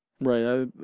Right